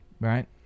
Right